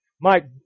Mike